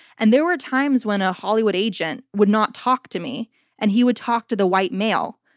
and there were times when a hollywood agent would not talk to me and he would talk to the white male,